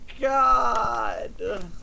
god